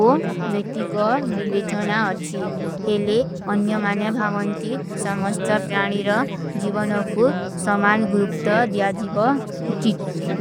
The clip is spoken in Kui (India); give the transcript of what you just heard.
ଔର ନୈକୀ କୋ ବିଵେଚନା ଅଚ୍ଛୀ। ହେଲେ ଅଣ୍ଯା ମାନେ ଭାଵନ କୀ ସମସ୍ତ ପ୍ରାଣୀ ଔର ଜୀଵନ କୋ ସମାନ ଗୁରୁପତ ଦିଯାଜୀବ ଉଚୀଟ।